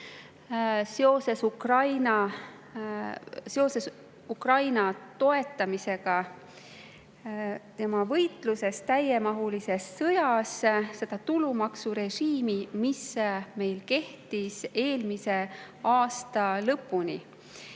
seoses Ukraina toetamisega tema võitluses täiemahulises sõjas seda tulumaksurežiimi, mis meil kehtis eelmise aasta lõpuni.